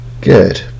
Good